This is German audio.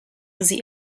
sie